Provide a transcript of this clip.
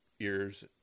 ears